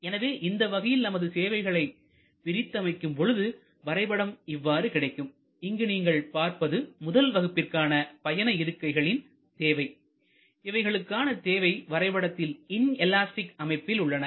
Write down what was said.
எனவே இந்த வகையில் நமது சேவைகளை பிரித்து அமைக்கும் பொழுது வரைபடம் இவ்வாறு கிடைக்கும் இங்கு நீங்கள் பார்ப்பது முதல் வகுப்பிற்கான பயண இருக்கைகளின் தேவை இவைகளுக்கான தேவை வரைபடத்தில் இன் எலாஸ்டிக் அமைப்பில் உள்ளன